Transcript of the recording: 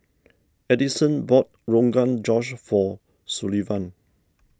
Addyson bought Rogan Josh for Sullivan